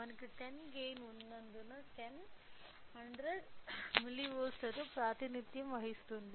మనకు 10 గైన్ ఉన్నందున 10 100 మిల్లీవోల్ట్లతో ప్రాతినిధ్యం వహిస్తుంది